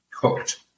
cooked